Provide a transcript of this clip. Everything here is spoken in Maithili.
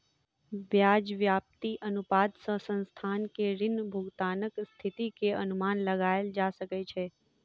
ब्याज व्याप्ति अनुपात सॅ संस्थान के ऋण भुगतानक स्थिति के अनुमान लगायल जा सकै छै